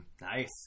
Nice